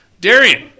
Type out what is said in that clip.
Darian